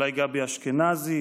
אולי גבי אשכנזי,